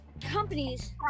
companies